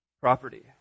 property